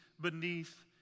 beneath